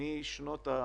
משנות ה-30,